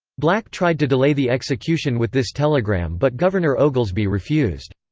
black tried to delay the execution with this telegram but governor oglesby refused.